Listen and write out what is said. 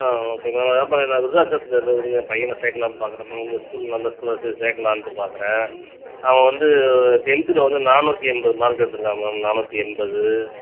ஆ okay ma'am அப்புறம் நான் விருதாச்சலத்திலேருந்து என் பையனை சேர்க்கலாம்ன்னு பார்க்குறேன் மேம் உங்கள் ஸ்கூல் நல்ல ஸ்கூலாக இருக்குது சரி சேர்க்கலான்ட்டு பார்க்குறேன் அவன் வந்து டென்த்தில் வந்து நானூற்றி எண்பது மார்க் எடுத்திருக்கான் மேம் நானூற்றி எண்பது